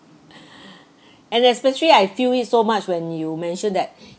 and especially I feel it so much when you mentioned that